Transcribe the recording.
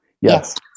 Yes